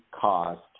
cost